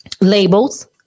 labels